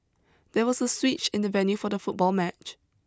there was a switch in the venue for the football match